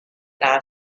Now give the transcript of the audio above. are